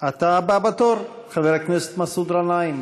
אתה הבא בתור, חבר הכנסת מסעוד גנאים.